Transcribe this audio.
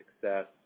success